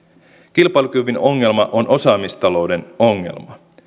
kilpailukyvyn ongelma on osaamistalouden ongelma